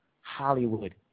hollywood